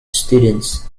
students